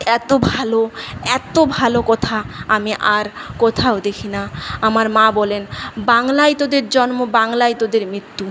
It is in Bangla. এত ভালো এত ভালো কথা আমি আর কোথাও দেখি না আমার মা বলেন বাংলায় তোদের জন্ম বাংলায় তোদের মৃত্যু